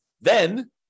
Then-